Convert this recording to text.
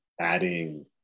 adding